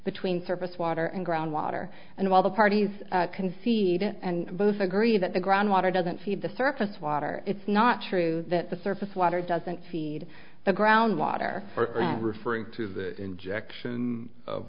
between surface water and groundwater and while the parties concede and both agree that the ground water doesn't feed the surface water it's not true that the surface water doesn't feed the groundwater referring to the injection of